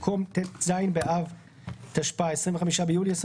בתקנה 5 במקום "ט"ז באב התשפ"א (25 ביולי 2021)